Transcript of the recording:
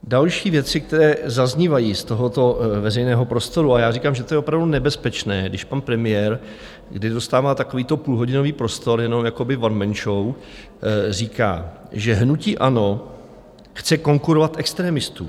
Další věci, které zaznívají z tohoto veřejného prostoru a já říkám, že to je opravdu nebezpečné, když pan premiér, kdy dostává takovýto půlhodinový prostor, jenom one man show, říká, že hnutí ANO chce konkurovat extremistům: